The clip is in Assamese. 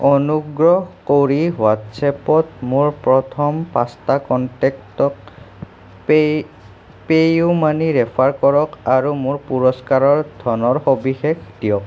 অনুগ্ৰহ কৰি হোৱাট্ছ এপত মোৰ প্ৰথম পাঁচটা কণ্টেক্টত pay pay you money refer কৰক আৰু মোৰ পুৰস্কাৰৰ ধনৰ সবিশেষ দিয়ক